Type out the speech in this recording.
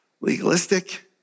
legalistic